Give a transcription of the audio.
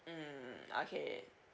mm okay